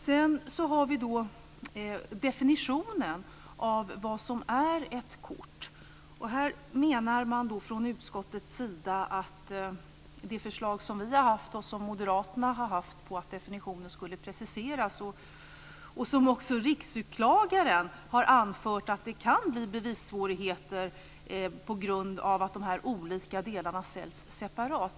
Sedan har vi definitionen av vad som är ett kort. Vi har haft, och moderaterna har haft, ett förslag om att definitionen skulle preciseras. Också Riksåklagaren har anfört att det kan bli bevissvårigheter på grund av att de olika delarna säljs separat.